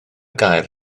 gair